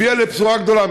הביאה לבשורה גדולה.